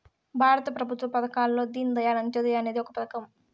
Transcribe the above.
భారత ప్రభుత్వ పథకాల్లో దీన్ దయాళ్ అంత్యోదయ అనేది ఒక పథకం